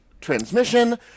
transmission